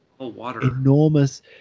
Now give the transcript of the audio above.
enormous